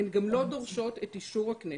הן גם לא דורשות את אישור הכנסת.